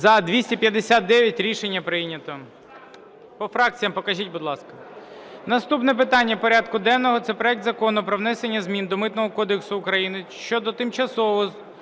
За-259 Рішення прийнято. По фракціях покажіть, будь ласка. Наступне питання порядку денного – це проект Закону про внесення змін до Митного кодексу України щодо тимчасового